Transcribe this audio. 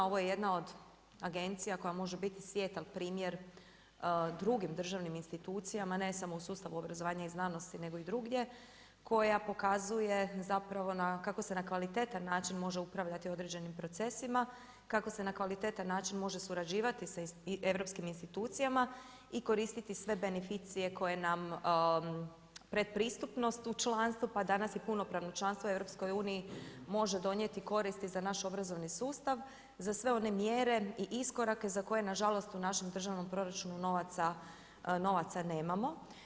Ovo je jedna od agencija koja može biti svjetal primjer drugim državnim institucijama, ne samo u sustavu obrazovanja i znanosti nego i drugdje koja pokazuje kako se na kvalitetan način može upravljati određenim procesima, kako se na kvalitetan način može surađivati sa europskim institucijama i koristiti sve beneficije koje nam pretpristupnost u članstvu pa danas i punopravno članstvo u EU može donijeti koristi za naš obrazovni sustav, za sve one mjere i iskorake koje nažalost u našem državnom proračunu novaca nemamo.